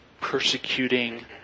persecuting